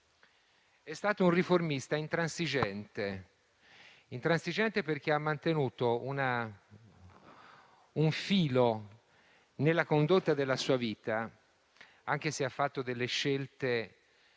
È stato un riformista intransigente. Intransigente perché ha mantenuto un filo nella condotta della sua vita e, sebbene abbia compiuto scelte